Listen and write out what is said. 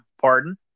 pardon